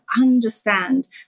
understand